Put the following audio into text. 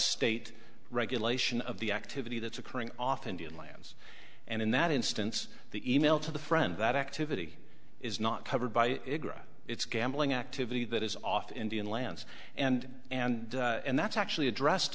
state regulation of the activity that's occurring off indian lands and in that instance the e mail to the friend that activity is not covered by its gambling activity that is off indian lands and and and that's actually addressed